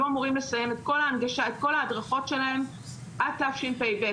אמורים לסיים את כל ההדרכות שלהם עד תשפ"ב,